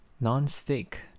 Non-stick